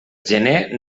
gener